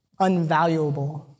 unvaluable